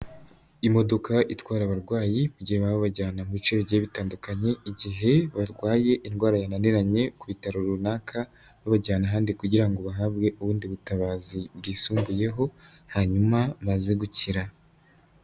Imodoka itwara abarwayi mu gihe baba babajyana mu bice bigiye bitandukanye, igihe barwaye indwara yananiranye ku bitaro runaka, ibajyana ahandi kugira ngo bahabwe ubundi butabazi bwisumbuyeho, hanyuma baze gukira.